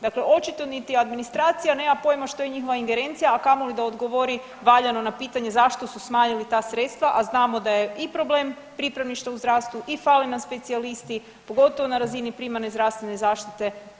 Dakle, očito niti administracija nema pojma što je njihova ingerencija, a kamoli da odgovori valjano na pitanje zašto su smanjili ta sredstva, a znamo da je i problem pripravništva u zdravstvu i fale nam specijalisti pogotovo na razini primarne zdravstvene zaštite.